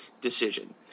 decision